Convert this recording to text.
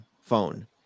phone